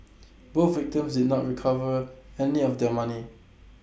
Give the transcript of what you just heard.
both victims did not recover any of their money